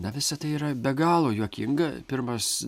na visa tai yra be galo juokinga pirmas